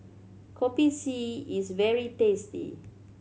Kopi C is very tasty